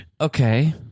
Okay